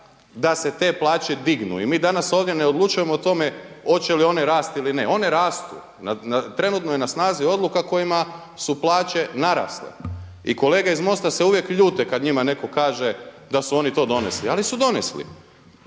da se te plaće dignu. I mi danas ovdje ne odlučujemo o tome hoće li one rasti ili ne. One rastu, trenutno je na snazi odluka kojima su plaće narasle. I kolege iz MOST-a se uvijek ljute kada njima neko kaže da su oni to donesli, ali su donesli.